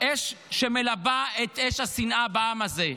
אש שמלבה את אש השנאה בעם הזה.